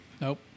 Nope